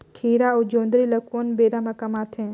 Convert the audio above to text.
खीरा अउ जोंदरी ल कोन बेरा म कमाथे?